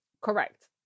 Correct